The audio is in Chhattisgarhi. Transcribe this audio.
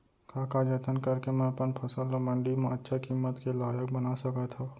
का का जतन करके मैं अपन फसल ला मण्डी मा अच्छा किम्मत के लाइक बना सकत हव?